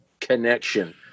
connection